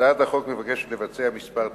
הצעת החוק מבקשת לבצע מספר תיקונים: